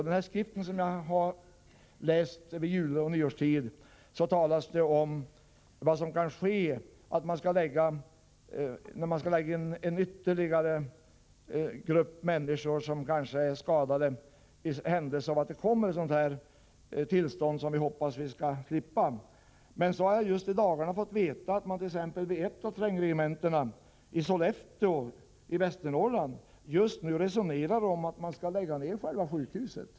I den här skriften som jag läste över jul och nyår talas det om vad som kan ske när ytterligare en grupp människor, som kanske är skadade, skall läggas in på de vårdplatser som finns — i händelse av att vi får ett sådant tillstånd som vi hoppas att vi skall slippa. Men så har jag just i dagarna fått veta att man vid ett av trängregementena, i Sollefteå i Västernorrland, nu resonerar om att lägga ned själva sjukhuset.